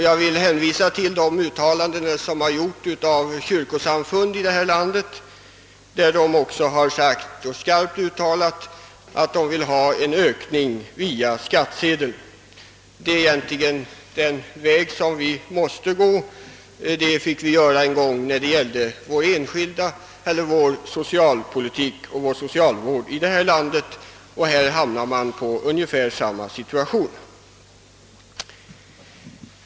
Jag vill hänvisa till de uttalanden som har gjorts av kyrkosamfund här i landet, som skarpt har uttalat att de önskar en ökning av dessa medel via skattsedlarna. Detta är den väg som vi måste gå. Det fick vi för övrigt göra en gång då vi byggde ut vår socialpolitik och vår socialvård i detta land, och här har vi hamnat i ungefär samma situation igen.